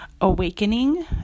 awakening